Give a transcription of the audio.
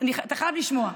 אתה חייב לשמוע.